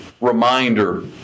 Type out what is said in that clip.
reminder